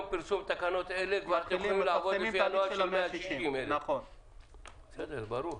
פרסום תקנות אלה מתחילים לעבוד לפי הנוהל של 160,000. ברור.